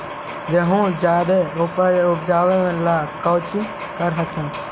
गेहुमा जायदे उपजाबे ला कौची कर हखिन?